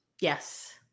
Yes